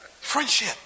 Friendship